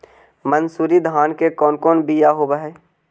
मनसूरी धान के कौन कौन बियाह होव हैं?